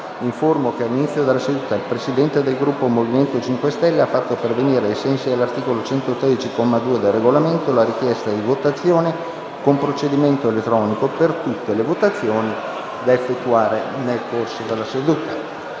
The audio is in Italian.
che all'inizio della seduta il Presidente del Gruppo MoVimento 5 Stelle ha fatto pervenire, ai sensi dell'articolo 113, comma 2, del Regolamento, la richiesta di votazione con procedimento elettronico per tutte le votazioni da effettuare nel corso della seduta.